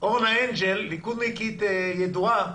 אורנה אנג'ל, "ליכודניקית ידועה",